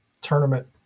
tournament